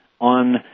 on